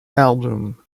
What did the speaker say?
album